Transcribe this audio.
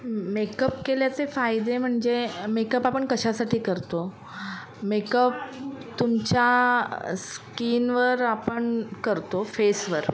makeup केल्याचे फायदे म्हणजे मेकअप आपण कशासाठी करतो मेकअप तुमच्या स्कीनवर आपण करतो फेसवर